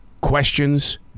questions